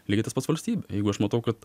lygiai tas pats valstybė jeigu aš matau kad